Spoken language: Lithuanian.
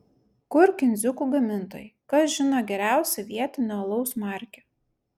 kur kindziukų gamintojai kas žino geriausią vietinio alaus markę